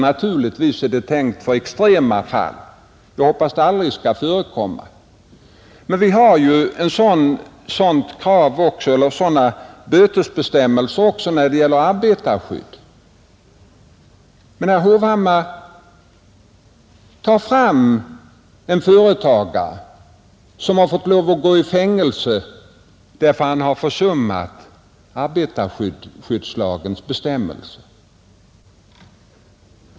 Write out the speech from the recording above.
Naturligtvis är de avsedda för extrema fall, och vi hoppas att de aldrig skall behöva tillgripas. Sådana straffbestämmelser finns också när det gäller arbetarskydd. Men, herr Hovhammar, visa mig en företagare, som har fått lov att gå i fängelse för att han försummat arbetarskyddslagens bestämmelser!